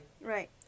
right